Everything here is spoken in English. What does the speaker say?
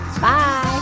Bye